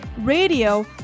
radio